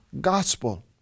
gospel